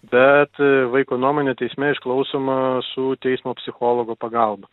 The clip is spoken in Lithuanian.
bet vaiko nuomonė teisme išklausoma su teismo psichologo pagalba